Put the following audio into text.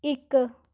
ਇੱਕ